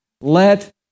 Let